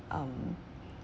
um